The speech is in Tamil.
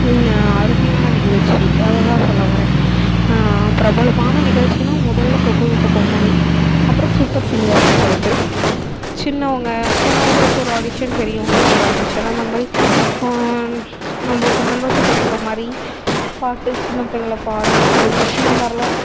ந அருமையான நிகழ்ச்சி அதை தான் சொல்ல வரேன் பிரபலமான நிகழ்ச்சினா முதலில் குக்கு வித்து கோமாளி அப்புறம் சூப்பர் சிங்கர்னு சொல்லிட்டு சின்னவங்கள் சின்னவர்களுக்கு ஒரு ஆடிஷன் பெரியவர்களுக்கு ஒரு ஆடிஷன் அந்த மாதிரி நம்மளுக்கு சந்தோஷப்படுத்துகிற மாதிரி பாட்டு சின்ன பிள்ளைங்கள பாட வச்சு இந்த மாதிரிலாம்